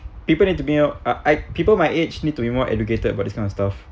people need to be more I I people my age need to be more educated about this kind of stuff